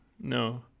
No